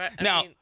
Now